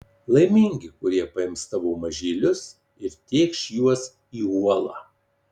laimingi kurie paims tavo mažylius ir tėkš juos į uolą